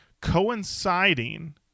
coinciding